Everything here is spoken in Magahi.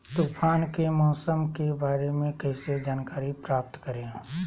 तूफान के मौसम के बारे में कैसे जानकारी प्राप्त करें?